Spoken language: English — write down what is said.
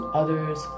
others